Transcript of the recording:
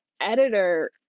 editor